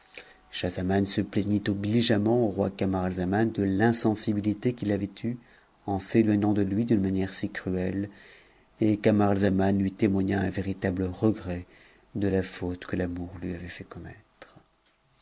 schahzaman se plaignit obligeamment au roi camaralzaman de sensibilité qu'il avait eue en s'éloignant de lui d'une manière si cruelle camarahaman lui témoigna un véritable regret de la faute que l'amour vait fait commettre